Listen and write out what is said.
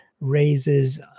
raises